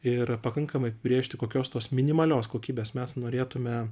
ir pakankamai apibrėžti kokios tos minimalios kokybės mes norėtume